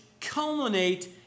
culminate